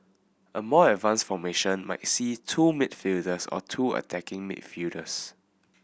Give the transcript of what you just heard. a more advanced formation might see two midfielders or two attacking midfielders